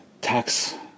tax